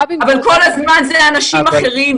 גם אנחנו מנסים לשכנע ולעמוד מול הרבה דברים.